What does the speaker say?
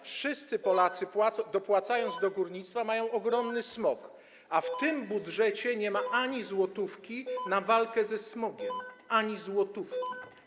Wszyscy Polacy dopłacają do górnictwa i mają ogromny smog, a w tym budżecie nie ma ani złotówki na walkę ze smogiem, ani złotówki.